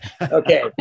Okay